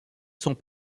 sont